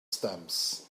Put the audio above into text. stamps